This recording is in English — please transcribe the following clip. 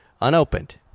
unopened